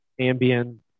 Ambien